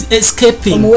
escaping